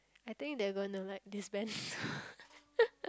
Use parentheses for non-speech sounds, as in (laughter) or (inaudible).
I think they're gonna like disband (breath) (laughs)